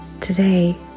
Today